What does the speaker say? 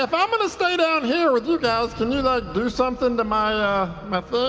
ah i'm going to stay down here with you guys, can you like do something to my ah my thing